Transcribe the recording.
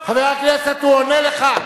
חבר הכנסת, הוא עונה לך.